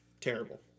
terrible